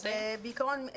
בעיקרון,